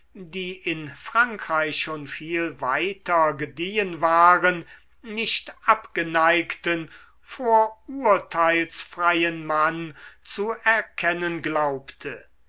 die in frankreich schon viel weiter gediehen waren nicht abgeneigten vorurteilsfreien mann zu erkennen glaubte